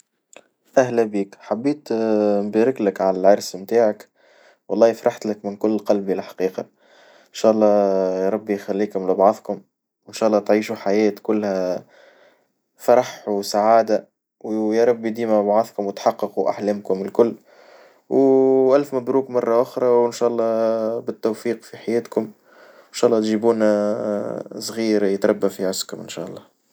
أهلا بيك، حبيت نبارك لك عالعرس نتاعك، والله فرحت لك من كل قلبي الحقيقة، إن شاالله يا ربي يخليكم لبعضكم، وإن شاالله تعيشوا حياة كلها فرح وسعادة ويا ربي يديم أوعاظكم وتحققوا أحلامكم الكل، والف مبروك مرة أخري وإن شالله بالتوفيق في حياتكم وإن شالله تجيبون صغير يتربى في عزكم إن شاء الله.